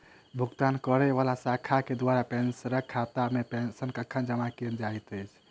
भुगतान करै वला शाखा केँ द्वारा पेंशनरक खातामे पेंशन कखन जमा कैल जाइत अछि